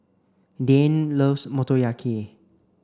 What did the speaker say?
Dayne loves Motoyaki